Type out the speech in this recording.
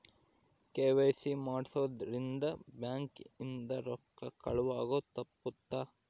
KYC ಮಾಡ್ಸೊದ್ ರಿಂದ bank ಇಂದ ರೊಕ್ಕ ಕಳುವ್ ಆಗೋದು ತಪ್ಪುತ್ತ